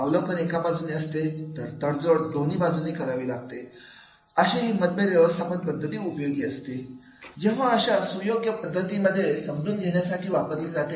अवलोकन एका बाजूने असते तडजोड दोन्ही बाजूंनी करावी लागते अशीही मतभेद व्यवस्थापन पद्धत उपयोगी असते जेव्हा अशा सुयोग्य परिस्थितीमध्ये समजून घेण्यासाठी वापरली जाते